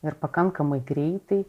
ir pakankamai greitai